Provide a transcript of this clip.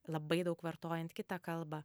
labai daug vartojant kitą kalbą